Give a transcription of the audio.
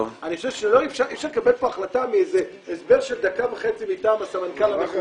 אי אפשר לקבל פה החלטה מאיזה הסבר של דקה וחצי מטעם הסמנכ"ל המכובד.